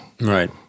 Right